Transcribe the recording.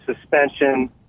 suspension